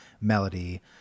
melody